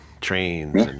trains